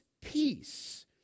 peace